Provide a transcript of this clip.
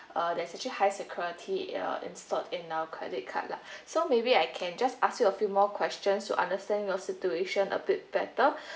there's actually high security in uh insert in our credit card lah so maybe I can just ask you a few more questions to understand your situation a bit better